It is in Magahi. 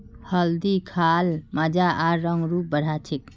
हल्दी खा ल मजा आर रंग रूप बढ़ा छेक